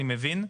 אני מבין.